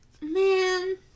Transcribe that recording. Man